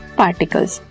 particles